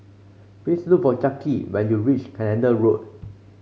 please look for Jacki when you reach Canada Road